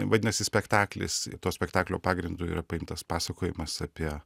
vadinasi spektaklis to spektaklio pagrindu yra paimtas pasakojimas apie